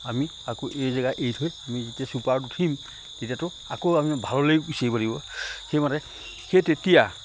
আমি আকৌ এই জেগা এৰি থৈ আমি যেতিয়া চুপাৰত উঠিম তেতিয়াতো আকৌ আমি গুচি আহিব লাগিব সেইমতে সেই তেতিয়া